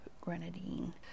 grenadine